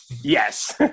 Yes